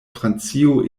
francio